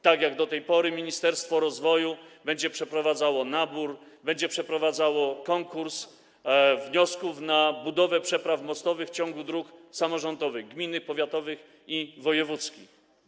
Tak jak do tej pory, ministerstwo rozwoju będzie przeprowadzało nabór, będzie przeprowadzało konkurs wniosków na budowę przepraw mostowych w ciągu dróg samorządowych: gminnych, powiatowych i wojewódzkich.